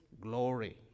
glory